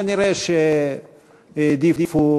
כנראה העדיפו